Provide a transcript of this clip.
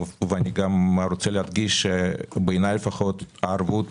בעיניי הערבות